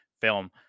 film